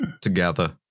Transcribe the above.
together